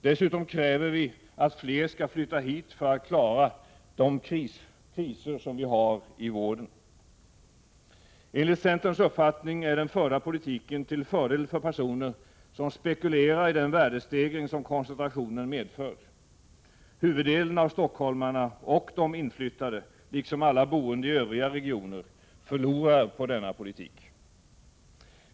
Dessutom kräver vi att fler skall flytta hit för att vi skall kunna klara de kriser vi har i vården. Enligt centerns uppfattning är den förda politiken till fördel för personer som spekulerar i den värdestegring som koncentrationen medför. Huvuddelen av stockholmarna och de inflyttade, liksom alla boende i övriga regioner, förlorar på denna politik.